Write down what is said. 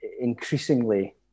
increasingly